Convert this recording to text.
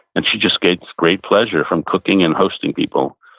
and she just gets great pleasure from cooking and hosting people.